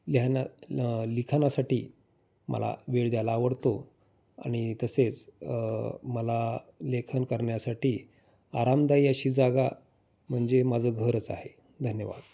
लिहायला लिखणासाठी मला वेळ द्यायला आवडतो आणि तसेच मला लेखन करण्यासाठी आरामदायी अशी जागा म्हणजे माझं घरचं आहे धन्यवाद